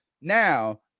now